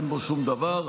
אין בו שום דבר.